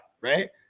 right